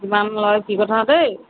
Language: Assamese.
কিমান লয় কি কথা দেই